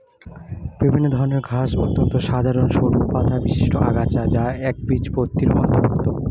বিভিন্ন ধরনের ঘাস অত্যন্ত সাধারণ সরু পাতাবিশিষ্ট আগাছা যা একবীজপত্রীর অন্তর্ভুক্ত